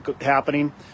happening